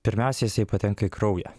pirmiausia jisai patenka į kraują